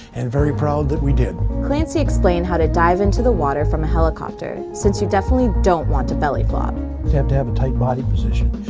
and very proud that we did. clancy explained how to dive into the water from a helicopter, since you definitely don't want to belly flop. you have to have a tight body position.